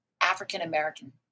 African-American